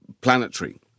planetary